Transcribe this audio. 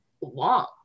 long